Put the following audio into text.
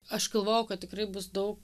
aš galvojau kad tikrai bus daug